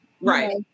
Right